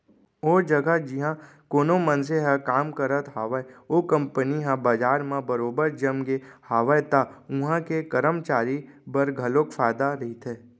ओ जघा जिहाँ कोनो मनसे ह काम करत हावय ओ कंपनी ह बजार म बरोबर जमगे हावय त उहां के करमचारी बर घलोक फायदा रहिथे